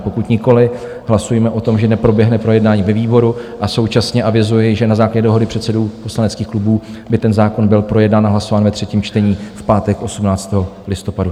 Pokud nikoliv, hlasujme o tom, že neproběhne projednání ve výboru, a současně avizuji, že na základě dohody předsedů poslaneckých klubů by ten zákon byl projednán a hlasován ve třetím čtení v pátek 18. listopadu.